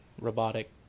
robotic